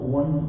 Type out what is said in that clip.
one